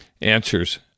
answers